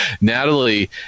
Natalie